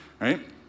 Right